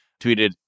tweeted